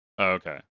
Okay